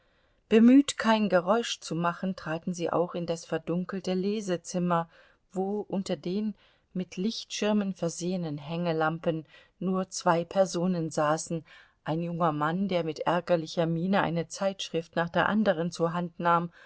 bemüht kein geräusch zu machen traten sie auch in das verdunkelte lesezimmer wo unter den mit lichtschirmen versehenen hängelampen nur zwei personen saßen ein junger mann der mit ärgerlicher miene eine zeitschrift nach der andern zur hand nahm